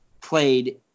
played